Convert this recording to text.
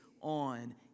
on